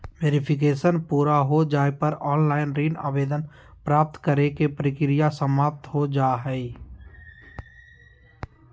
verification पूरा हो जाय पर ऑनलाइन ऋण आवेदन प्राप्त करे के प्रक्रिया समाप्त हो जा हय